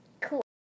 Cool